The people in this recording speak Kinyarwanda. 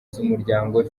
z’umuryango